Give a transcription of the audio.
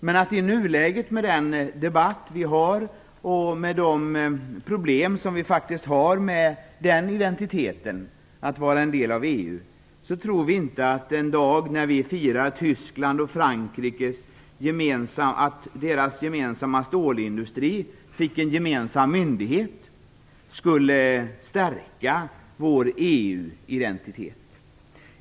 Men att i nuläget med den debatt som pågår, och med de problem vi har med vår identitet att vara en del av EU, tror vi inte att en dag när vi firar att Tysklands och Frankrikes stålindustri fick en gemensam myndighet skulle stärka vår EU-identitet.